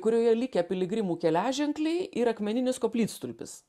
kurioje likę piligrimų keliaženkliai ir akmeninis koplytstulpis